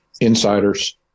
insiders